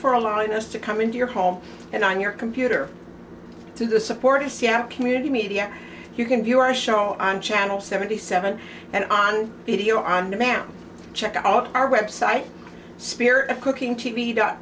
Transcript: for allowing us to come into your home and i'm your computer to the supportive community media you can view our show on channel seventy seven and on video on demand check out our website spirit of cooking t v dot